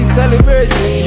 celebration